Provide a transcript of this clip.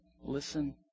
listen